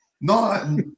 No